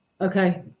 Okay